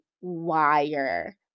wire